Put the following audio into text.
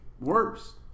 worse